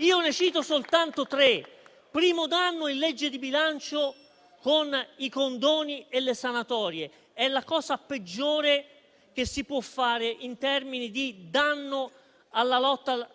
Ne cito soltanto tre: il primo danno è nella legge di bilancio, con i condoni e le sanatorie, ed è la cosa peggiore che si possa fare in termini di danno alla lotta